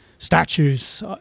statues